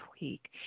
week